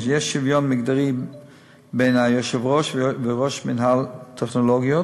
החלוקה היא ככה: יש שוויון מגדרי בין היושב-ראש וראש מינהל טכנולוגיות,